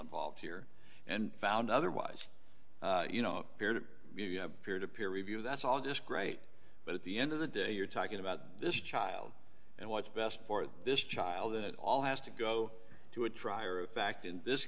involved here and found otherwise you know their peer to peer review that's all just great but at the end of the day you're talking about this child and what's best for this child it all has to go to a drier fact in this